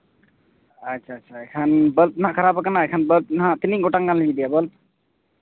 ᱟᱪᱪᱷᱟ ᱮᱠᱷᱟᱱ ᱵᱞᱟᱵ ᱦᱟᱸᱜ ᱠᱷᱟᱨᱟᱯ ᱠᱟᱱᱟ ᱮᱱᱠᱷᱟᱱ ᱵᱞᱟᱵ ᱦᱟᱸᱜ ᱛᱤᱱᱟᱹᱜ ᱜᱚᱴᱟᱝ ᱜᱟᱱ ᱞᱤᱧ ᱤᱫᱤᱭᱟ ᱵᱟᱞᱵ